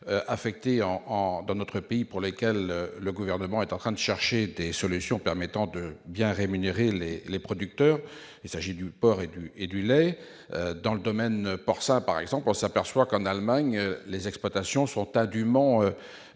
affecté en dans notre pays pour lesquels le gouvernement est en train de se chercher des solutions permettant de bien rémunérés et les producteurs, il s'agit du porc et du et du lait dans le domaine porcin, par exemple, on s'aperçoit qu'en Allemagne les exploitations sont indument